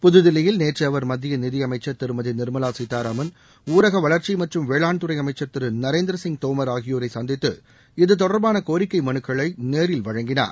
புதுதில்லியில் நேற்று அவர் மத்திய நிதியமைச்சர் திருமதி நிர்மலா சீதாராமன் ஊரக வளர்ச்சி மற்றும் வேளாண் துறை அமைச்சர் திரு நரேந்திரசிங் தோமர் ஆகியோரை சந்தித்து இதுதொடர்பான கோரிக்கை மனுக்களை நேரில் வழங்கினார்